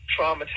traumatized